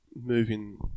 moving